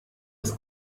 des